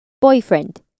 Boyfriend